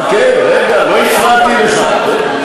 חכה, רגע, לא הפרעתי לך.